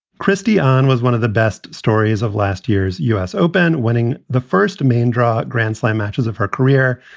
christianne was one of the best stories of last year's u s. open. winning the first main draw, grand slam matches of her career,